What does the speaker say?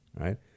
Right